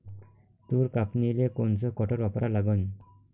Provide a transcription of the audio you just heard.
तूर कापनीले कोनचं कटर वापरा लागन?